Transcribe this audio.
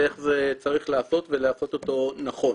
ואיך זה צריך להיעשות ולעשות אותו נכון.